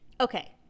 okay